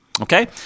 Okay